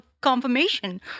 confirmation